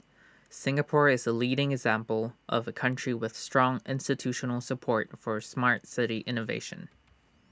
Singapore is A leading example of A country with strong institutional support for Smart City innovation